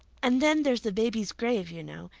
and then, there's the baby's grave, you know.